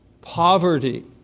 poverty